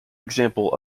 example